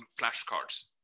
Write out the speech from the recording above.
flashcards